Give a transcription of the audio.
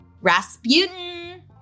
Rasputin